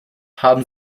haben